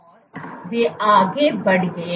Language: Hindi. और वे आगे बढ़ गए